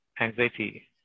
Anxiety